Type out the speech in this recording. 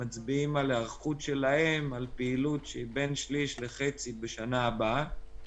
מצביעים על היערכות שלהם על פעילות שהיא בין שליש לחצי בשנה הבאה,